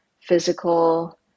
physical